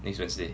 next wednesday